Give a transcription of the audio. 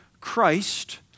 Christ